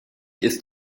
ist